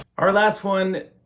our last one,